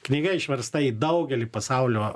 knyga išversta į daugelį pasaulio